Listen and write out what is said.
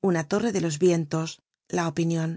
una torre de los vientos la opinion